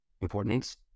importance